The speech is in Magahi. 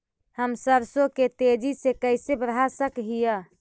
हम सरसों के तेजी से कैसे बढ़ा सक हिय?